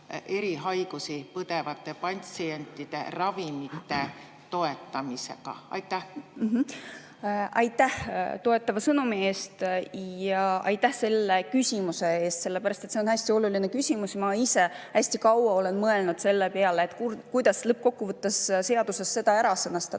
Aitäh toetava sõnumi eest ja ka selle küsimuse eest! Sellepärast, et see on hästi oluline küsimus. Ma olen ise hästi kaua mõelnud selle peale, kuidas lõppkokkuvõttes seaduses seda ära sõnastada.